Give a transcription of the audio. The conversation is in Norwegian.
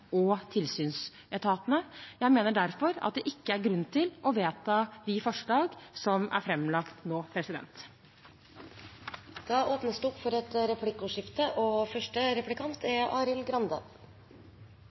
og tilsynsetatene. Jeg mener derfor det ikke er grunn til å vedta de forslag som er framlagt nå. Det blir replikkordskifte. I flertallets merknader, og for så vidt i statsrådens innlegg, kommer det ikke fram om man ønsker et